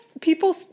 people